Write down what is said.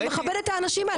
אני מכבדת את האנשים האלה,